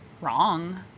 wrong